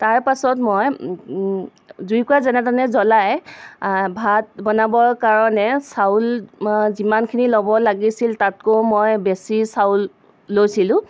তাৰপাছত মই জুইকুৰা যেনে তেনে জ্বলাই ভাত বনাবৰ কাৰণে চাউল যিমানখিনি ল'ব লাগিছিল তাতকৈ মই বেছি চাউল লৈছিলোঁ